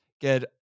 get